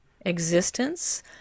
Existence